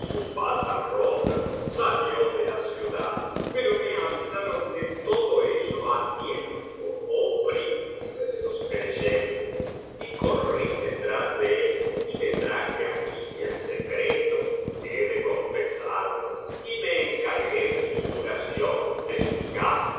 su pata rota salió de la ciudad pero me avisaron de todo ello á tiempo oh príncipe de los creyentes y corrí detrás de él y le traje aquí en secreto he de confesarlo y me encargué de su curación de sus gastos